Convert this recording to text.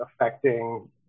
affecting